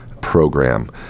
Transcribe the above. program